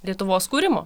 lietuvos kūrimo